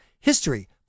history